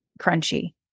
crunchy